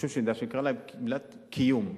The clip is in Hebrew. שנקרא להן "גמלת קיום".